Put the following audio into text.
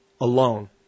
alone